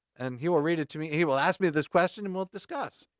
and he will read it to me. he will ask me this question, and we'll discuss.